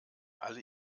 alle